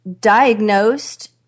diagnosed